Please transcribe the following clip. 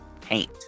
paint